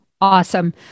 Awesome